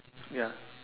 ya